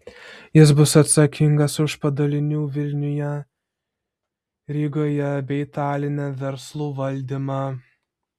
jis bus atsakingas už padalinių vilniuje rygoje bei taline verslo valdymą